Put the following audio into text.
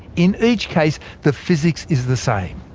in each case, the physics is the same.